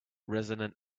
resonant